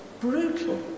brutal